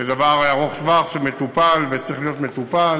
זה דבר ארוך-טווח שמטופל וצריך להיות מטופל,